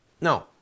No